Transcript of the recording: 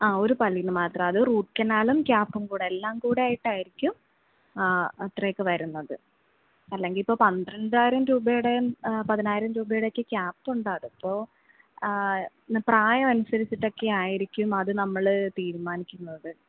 ആ ഒരു പല്ലിനു മാത്രം അത് റൂട്ട് കനാലും ക്യാപ്പും കൂടെ എല്ലാം കൂടെ ആയിട്ടായിരിക്കും ആ അത്രയൊക്കെ വരുന്നത് അല്ലെങ്കിൽ ഇപ്പോൾ പന്ത്രണ്ടായിരം രൂപയുടേയും പതിനായിരം രൂപയുടേയും ഒക്കെ അതിപ്പോൾ പ്രായനുസരിച്ചിട്ടൊക്കെ ആയിരിക്കും അത് നമ്മൾ തീരുമാനിക്കുന്നത്